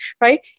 right